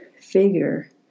figure